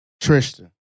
Tristan